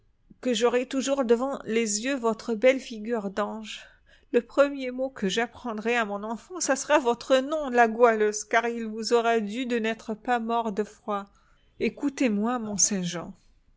que j'aurais toujours devant les yeux votre belle figure d'ange le premier mot que j'apprendrai à mon enfant ça sera votre nom la goualeuse car il vous aura dû de n'être pas mort de froid écoutez-moi